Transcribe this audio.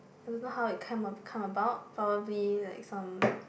I don't know how it come a~ come about probably like some